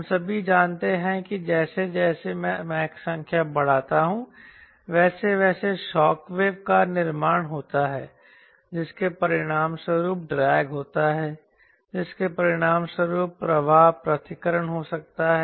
हम सभी जानते हैं कि जैसे जैसे मैं मैक संख्या बढ़ाता हूं वैसे वैसे शॉकवेव का निर्माण होता है जिसके परिणामस्वरूप ड्रैग होता है जिसके परिणामस्वरूप प्रवाह पृथक्करण हो सकता है